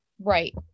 Right